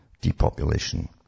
depopulation